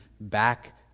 back